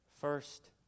First